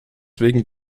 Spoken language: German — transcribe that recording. wegen